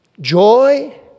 joy